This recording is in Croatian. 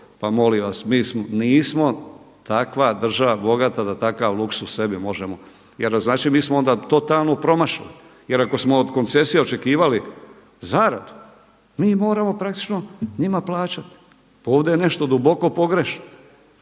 Pa molim vas, nismo takva država bogata da takav luksuz sebi možemo. Jer znači mi smo onda totalno promašili. Jer ako smo od koncesije očekivali zaradu mi moramo praktično njima plaćati. Pa ovdje je nešto duboko pogrešno,